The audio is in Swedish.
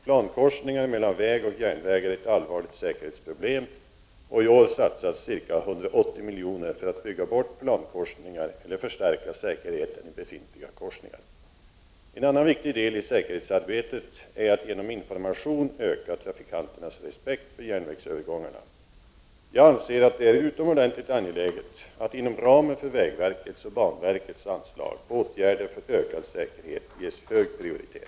Plankorsningen mellan väg och järnväg är ett allvarliglt säkerhetsproblem och i år satsas ca 180 milj.kr. för att bygga bort plankorsningar eller förstärka säkerheten i befintliga korsningar. En annan viktig del i säkerhetsarbetet är att genom information öka trafikanternas respekt för järnvägsövergångarna. Jag anser att det är utomordentligt angeläget att, inom ramen för vägverkets och banverkets anslag, åtgärder för ökad säkerhet ges hög prioritet.